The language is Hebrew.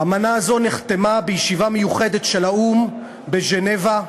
האמנה הזאת נחתמה בישיבה מיוחדת של האו"ם בז'נבה,